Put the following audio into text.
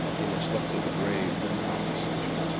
he must look to the grave for comprehension.